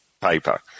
paper